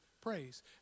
praise